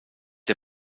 der